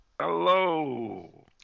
Hello